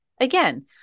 Again